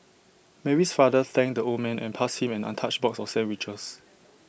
Mary's father thanked the old man and passed him an untouched box of sandwiches